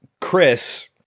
Chris